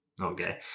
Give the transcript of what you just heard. Okay